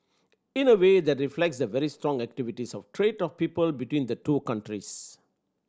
in a way that reflects the very strong activities of trade of people between the two countries